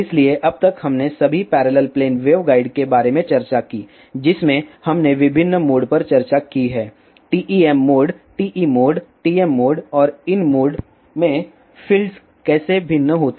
इसलिए अब तक हमने सभी पैरेलल प्लेन वेवगाइड के बारे में चर्चा की है जिसमें हमने विभिन्न मोड पर चर्चा की है TEM mode TE mode TM mode और इन मोड्स में फ़ील्ड्स कैसे भिन्न होती हैं